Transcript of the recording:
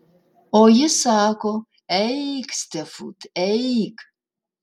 o jis sako eik stefut eik